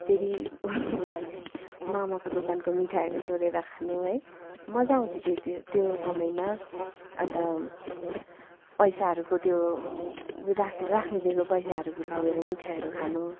फेरि मामाको दोकानको मिठाईहरू चोरेर खानु है मजा आउँथ्यो त्यति त्यो समयमा अन्त पैसाहरूको त्यो राख राख्न दिएको पैसाहरू लिएर मिठाईहरू खानु